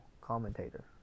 commentator